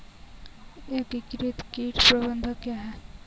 एकीकृत कीट प्रबंधन क्या है?